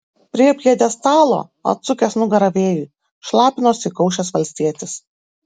prie pjedestalo atsukęs nugarą vėjui šlapinosi įkaušęs valstietis